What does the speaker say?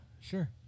sure